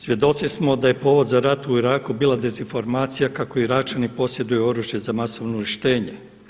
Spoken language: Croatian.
Svjedoci smo da je povod za rat u Iraku bila dezinformacija kako Iračani posjeduju oružje za masovno uništenje.